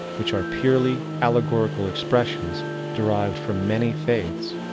which are purely allegorical expressions derived from many faiths,